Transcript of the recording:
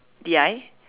did I